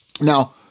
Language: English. Now